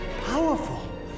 powerful